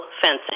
fencing